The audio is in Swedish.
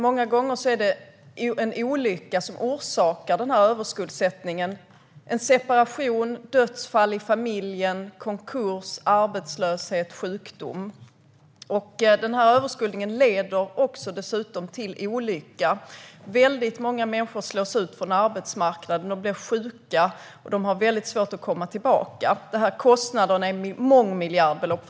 Många gånger är det en olycka som orsakar överskuldsättningen - en separation, dödsfall i familjen, konkurs, arbetslöshet, sjukdom. Överskuldsättningen leder dessutom till olycka. Väldigt många människor slås ut från arbetsmarknaden och blir sjuka, och de har väldigt svårt att komma tillbaka, vilket kostar samhället mångmiljardbelopp.